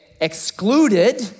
excluded